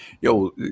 yo